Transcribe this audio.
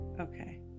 Okay